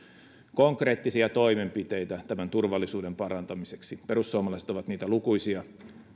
konkreettisia toimenpiteitä turvallisuuden parantamiseksi perussuomalaiset ovat niitä lukuisia